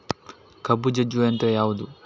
ಕಬ್ಬು ಜಜ್ಜುವ ಯಂತ್ರ ಯಾವುದು?